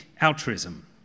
altruism